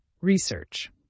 Research